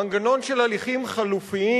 מנגנון של הליכים חלופיים.